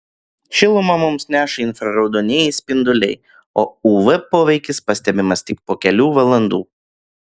šilumą mums neša infraraudonieji spinduliai o uv poveikis pastebimas tik po kelių valandų